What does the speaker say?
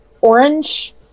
orange